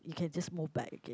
you can just move back again